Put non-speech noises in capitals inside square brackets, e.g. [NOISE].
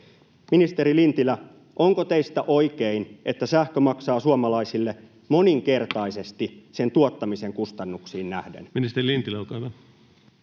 Ministeri Lintilä, onko teistä oikein, että sähkö maksaa suomalaisille moninkertaisesti [NOISE] sen tuottamisen kustannuksiin nähden? [Speech 243] Speaker: